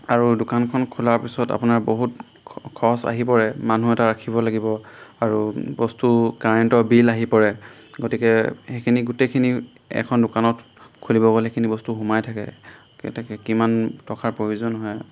আৰু দোকানখন খোলাৰ পিছত আপোনাৰ বহুত খৰচ আহি পৰে মানুহ এটা ৰাখিব লাগিব আৰু বস্তু কাৰেণ্টৰ বিল আহি পৰে গতিকে সেইখিনি গোটেইখিনি এখন দোকানত খুলিব গ'লে সেইখিনি বস্তু সোমাই থাকে এতেকে কিমান টকাৰ প্ৰয়োজন হয়